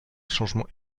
changements